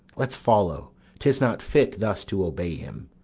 let's follow tis not fit thus to obey him.